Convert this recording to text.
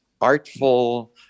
artful